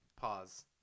Pause